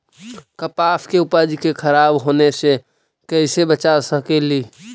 कपास के उपज के खराब होने से कैसे बचा सकेली?